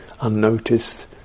unnoticed